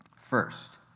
First